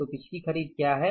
तो पिछली खरीद क्या हैं